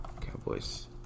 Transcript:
Cowboys